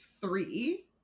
three